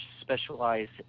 specialized